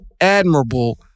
admirable